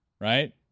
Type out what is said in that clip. right